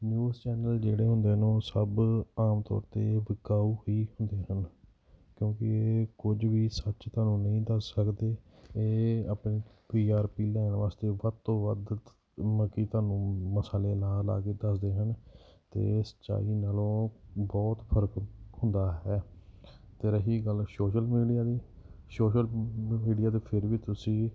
news channel ਜਿਹੜੇ ਹੁੰਦੇ ਹਨ ਉਹ ਸਭ ਆਮ ਤੌਰ 'ਤੇ ਵਿਕਾਊ ਹੀ ਹੁੰਦੇ ਹਨ ਕਿਉਂਕਿ ਇਹ ਕੁਝ ਵੀ ਸੱਚ ਤਾਂ ਨਹੀਂ ਦੱਸ ਸਕਦੇ ਇਹ ਆਪਣੀ ਪੀ ਆਰ ਪੀ ਲੈਣ ਵਾਸਤੇ ਵੱਧ ਤੋਂ ਵੱਧ ਮਲ ਕਿ ਤੁਹਾਨੂੰ ਮਸਾਲੇ ਲਾ ਲਾ ਕੇ ਦੱਸਦੇ ਹਨ ਅਤੇ ਸੱਚਾਈ ਨਾਲੋਂ ਬਹੁਤ ਫਰਕ ਹੁੰਦਾ ਹੈ ਅਤੇ ਰਹੀ ਗੱਲ ਸ਼ੋਸ਼ਲ ਮੀਡੀਆ ਦੀ ਸ਼ੋਸ਼ਲ ਮੀਡੀਆ 'ਤੇ ਫਿਰ ਵੀ ਤੁਸੀਂ